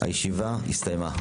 הישיבה הסתיימה.